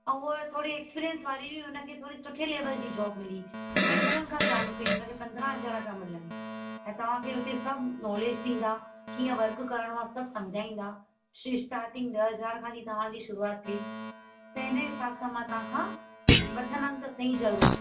ऐं उह थोरी एक्स्पीरिंअस वारी हुई उनखे थोरी सुठे लेवल जी जॉब मिली पंदरहनि खां चालू थी हुनखे पंदरहां हज़ार था मिलनि ऐं तव्हांखे उते सभु नॉलेज डींदा कीअं वर्क करिणो आहे सभु समुझाईंदा इश्टर्टिंग ॾह हज़ार खां वठी तव्हांजी शुरूआति थी त इन हिसाब सां मां तव्हांखां वठंदमि त सही ज़रूरु